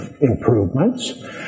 improvements